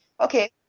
Okay